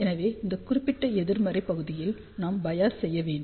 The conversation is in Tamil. எனவே இந்த குறிப்பிட்ட எதிர்மறை பகுதியில் நாம் பயஸ் சார்புடையதாக செய்ய வேண்டும்